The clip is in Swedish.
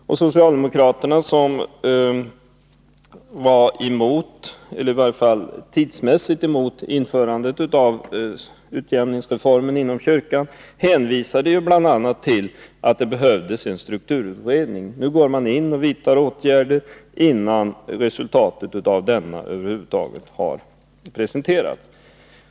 Socialdemokraterna, som i varje fall tidsmässigt var emot genomförandet avutjämningsreformen inom kyrkan, hänvisade bl.a. till att det behövdes en strukturutredning. Nu går man in och vidtar åtgärder innan resultatet av denna över huvud taget har presenterats.